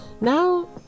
Now